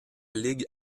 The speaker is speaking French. ligue